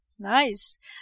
Nice